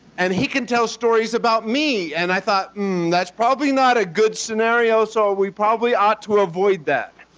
and he can tell stories about me and i thought that's probably not a good scenario, so we probably ought to avoid that.